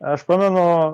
aš pamenu